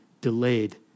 delayed